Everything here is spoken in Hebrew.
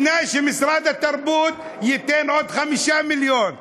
בתנאי שמשרד התרבות ייתן עוד 5 מיליון.